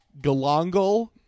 galangal